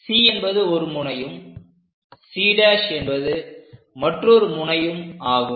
C என்பது ஒரு முனையும் C' என்பது மற்றொரு முனையும் ஆகும்